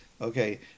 Okay